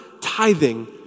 tithing